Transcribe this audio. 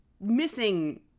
missing